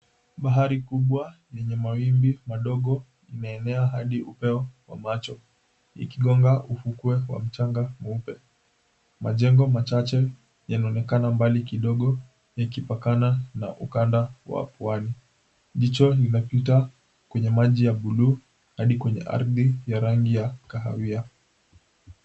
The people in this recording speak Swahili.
Bahari kubwa yenye mawimbi madogo imeenea hadi upeo wa macho ikigonga ufukwe wa mchanga mweupe. Majengo machache yanaonekana mbali kidogo ikipakana na ukanda wa pwani. Jicho limepita kwenye maji ya buluu hadi kwenye ardhi ya rangi ya kahawia.